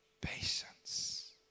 patience